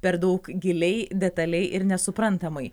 per daug giliai detaliai ir nesuprantamai